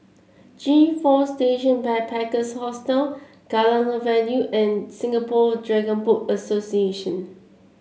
G Four Station Backpackers Hostel Kallang Avenue and Singapore Dragon Boat Association